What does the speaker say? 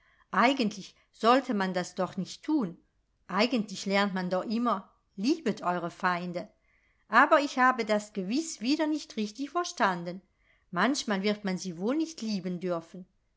eigentlich sollte man das doch nicht tun eigentlich lernt man doch immer liebet eure feinde aber ich habe das gewiß wieder nicht richtig verstanden manchmal wird man sie wohl nicht lieben dürfen